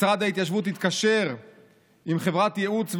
משרד ההתיישבות התקשר עם חברת ייעוץ,